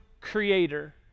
creator